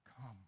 come